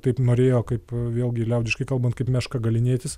taip norėjo kaip vėlgi liaudiškai kalbant kaip meška galynėtis